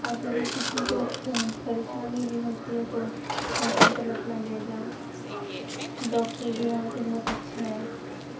اب اگر کسی کو پریشانی بھی ہوتی ہے تو ہاسپٹل اپنا لے جاؤ ڈاکٹر بھی وہاں کے بہت اچھے ہیں